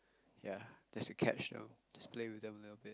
ya just to catch them just to play with them a little bit